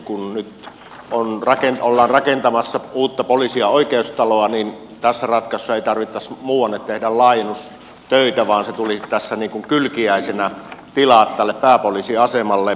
kun nyt ollaan rakentamassa uutta poliisi ja oikeustaloa niin tässä ratkaisussa ei tarvittaisi muuanne tehdä laajennustöitä vaan ne tilat tälle pääpoliisiasemalle tulisivat tässä niin kuin kylkiäisenä